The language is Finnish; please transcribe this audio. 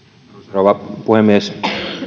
rouva puhemies